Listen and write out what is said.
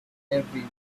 every